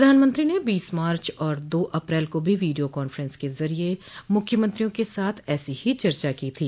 प्रधानमंत्री ने बीस मार्च और दो अप्रैल को भी वीडियो कांफ्रेंस के जरिये मुख्यमंत्रियों के साथ ऐसी हो चर्चा की थी